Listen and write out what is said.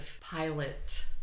pilot